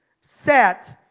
Set